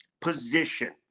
position